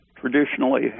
traditionally